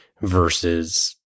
versus